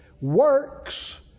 works